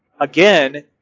again